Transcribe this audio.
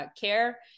care